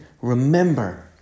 remember